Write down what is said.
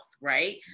right